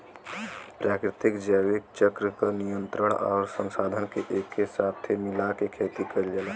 प्राकृतिक जैविक चक्र क नियंत्रण आउर संसाधन के एके साथे मिला के खेती कईल जाला